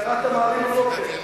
קראת "מעריב" הבוקר?